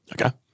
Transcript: Okay